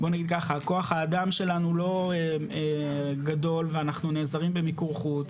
כוח האדם שלנו לא גדול ואנחנו נעזרים במיקור חוץ,